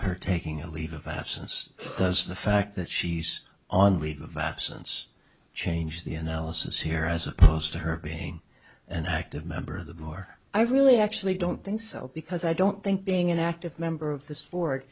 her taking a leave of absence does the fact that she's on leave of absence change the analysis here as opposed to her being an active member of the more i really actually don't think so because i don't think being an active member of th